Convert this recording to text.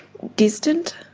distant.